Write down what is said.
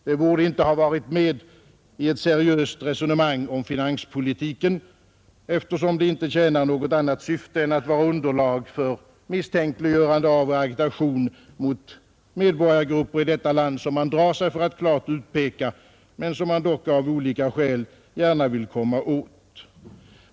Det borde inte ha varit med i ett seriöst resonemang om finanspolitiken, eftersom det inte tjänar något annat syfte än att vara underlag för misstänkliggörande av och agitation mot medborgargrupper i detta land som man drar sig för att klart utpeka men som man dock av olika skäl gärna vill komma åt.